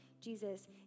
Jesus